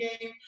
game